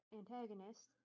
antagonist